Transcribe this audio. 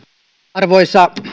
arvoisa